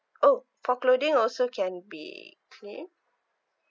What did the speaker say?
oh for clothing also can be claim